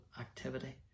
activity